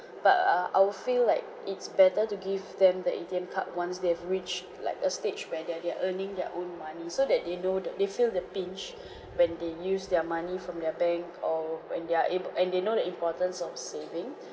but uh I will feel like it's better to give them the A_T_M card once they've reached like a stage where they're they're earning their own money so that they know the they feel the pinch when they use their money from their bank or when their able and they know the importance of saving